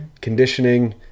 conditioning